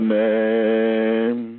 name